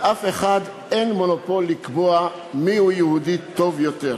לאף אחד אין מונופול לקבוע מיהו יהודי טוב יותר.